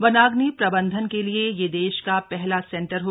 वनाग्नि प्रबंधन के लिए यह देश का पहला सेंटर होगा